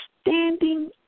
standing